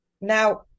Now